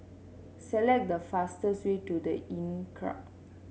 select the fastest way to The Inncrowd